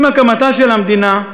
עם הקמתה של המדינה,